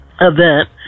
Event